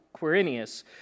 Quirinius